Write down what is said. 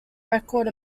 record